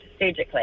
surgically